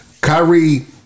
Kyrie